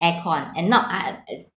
aircon and not uh this